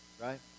Right